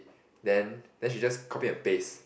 then then she just copy and paste